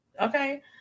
okay